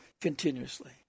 continuously